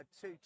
two